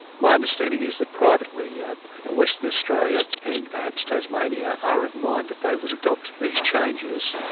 my understanding is that privately yeah western australia, and perhaps tasmania, are of mind that they would adopt these changes.